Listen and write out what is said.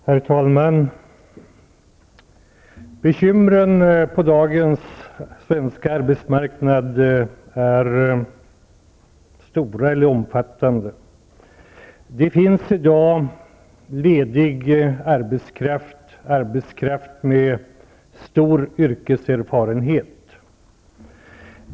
Herr talman! Bekymren på dagens svenska arbetsmarknad är omfattande. Det finns i dag ledig arbetskraft med stor yrkeserfarenhet.